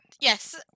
Yes